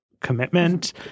commitment